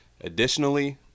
Additionally